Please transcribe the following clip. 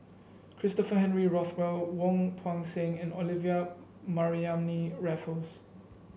Christopher Henry Rothwell Wong Tuang Seng and Olivia Mariamne Raffles